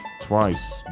twice